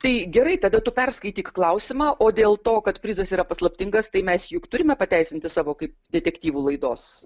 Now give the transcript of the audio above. tai gerai tada tu perskaityk klausimą o dėl to kad prizas yra paslaptingas tai mes juk turime pateisinti savo kaip detektyvų laidos